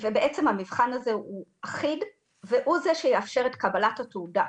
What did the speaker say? המבחן הזה הוא אחיד והוא זה שיאפשר את קבלת התעודה.